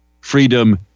Freedom